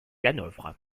hanovre